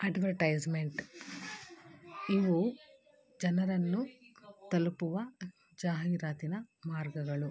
advertisement ಇವು ಜನರನ್ನು ತಲುಪುವ ಜಾಹೀರಾತಿನ ಮಾರ್ಗಗಳು